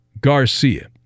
Garcia